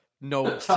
No